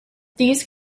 these